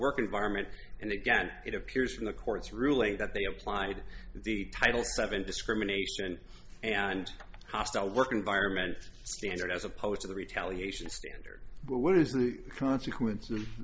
work environment and again it appears from the court's ruling that they applied the title seven discrimination and hostile work environment standard as opposed to the retaliation standard but what is the consequence